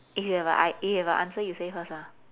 if you have a~ eh you have a answer you say first ah